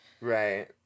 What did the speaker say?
right